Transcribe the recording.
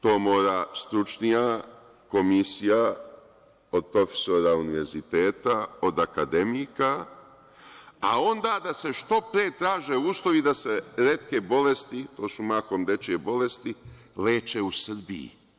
To mora stručnija komisija od profesora Univerziteta, od akademika, a onda da se što pre traže uslovi da se retke bolesti, to su mahom dečije bolesti, leče u Srbiji.